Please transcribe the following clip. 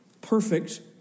Perfect